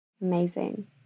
Amazing